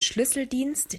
schlüsseldienst